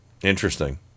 Interesting